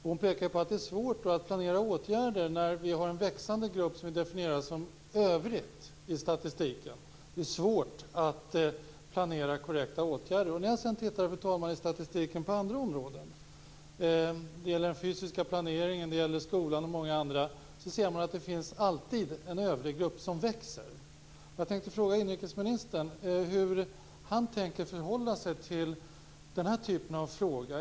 Hon pekar på att det är svårt att planera åtgärder när vi har en växande grupp som vi definierar som övriga i statistiken. Det är svårt att planera korrekta åtgärder. När man sedan, fru talman, tittar i statistiken på andra områden - det gäller den fysiska planeringen, skolan osv. - ser man att det alltid finns en övriggrupp som växer. Jag tänkte fråga inrikesministern hur han tänker förhålla sig till den här typen av frågor.